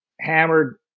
hammered